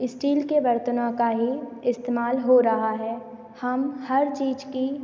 steel के बर्तनों का ही इस्तेमाल हो रहा है हम हर चीज़ की